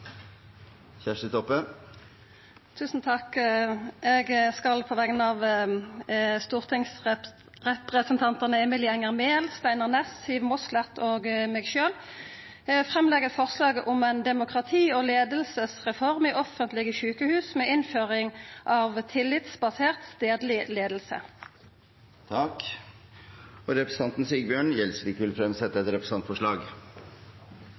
På vegner av representantane Emilie Enger Mehl, Steinar Ness, Siv Mossleth og meg sjølv vil eg leggja fram eit representantforslag om ei demokrati- og leiingsreform i offentlege sjukehus med innføring av tillitsbasert, stadleg leiing. Representanten Sigbjørn Gjelsvik vil fremsette